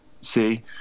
See